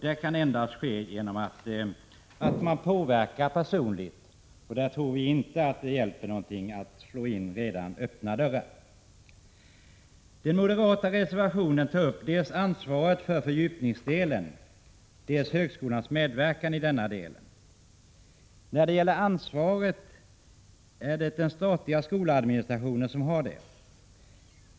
Detta kan endast ske genom personlig påverkan. Vi tror inte att det hjälper att slå in redan öppna dörrar. I den moderata reservationen tas upp dels ansvaret för fördjupningsdelen, dels högskolans medverkan i denna del. Ansvaret har den statliga skoladministrationen.